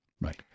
Right